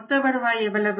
மொத்த வருவாய் எவ்வளவு